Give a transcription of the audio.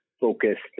focused